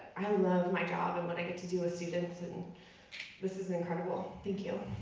i love my job and what i get to do with students and this is incredible, thank you.